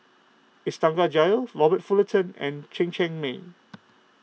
Iskandar Jalil Robert Fullerton and Chen Cheng Mei